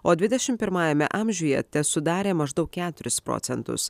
o dvidešim pirmajame amžiuje tesudarė maždaug keturis procentus